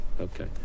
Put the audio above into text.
Okay